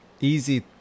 easy